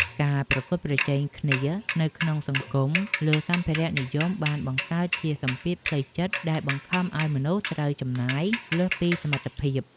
ការប្រកួតប្រជែងគ្នានៅក្នុងសង្គមលើសម្ភារៈនិយមបានបង្កើតជាសម្ពាធផ្លូវចិត្តដែលបង្ខំឱ្យមនុស្សត្រូវចំណាយលើសពីលទ្ធភាព។